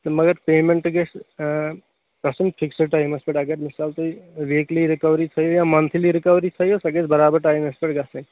تہٕ مَگر پیٚمنٛٹ گژھِ گژھُن فِکسٕڈ ٹایمس پیٚٹھ اَگر مِثال تُہۍ ویٖکلی رِکوری تھٲوِوِ یا منٛتھلی رِکوری تھٲوِو سۄ گژھِ برابر ٹایمَس پیٚٹھ گژھٕنۍ